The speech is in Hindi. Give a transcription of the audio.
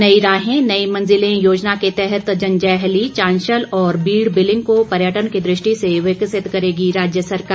नई राहें नई मंजिलें योजना के तहत जंजैहली चांशल और बीड़ बीलिंग को पर्यटन की दृष्टि से विकसित करेगी राज्य सरकार